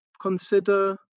consider